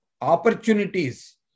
opportunities